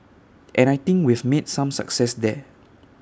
and I think we've made some success there